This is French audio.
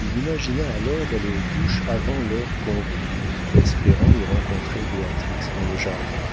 il imagina alors d'aller aux touches avant l'heure convenue espérant y rencontrer béatrix dans le jardin